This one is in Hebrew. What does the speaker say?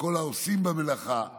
לכל העושים במלאכה,